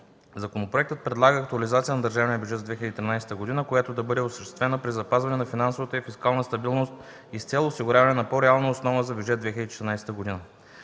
Законопроектът предлага актуализация на държавния бюджет за 2013 г., която да бъде осъществена при запазване на финансовата и фискалната стабилност и е с цел осигуряване на по-реална основа за Бюджет 2014 г.